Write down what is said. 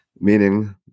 meaning